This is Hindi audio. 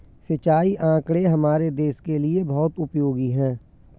सिंचाई आंकड़े हमारे देश के लिए बहुत उपयोगी है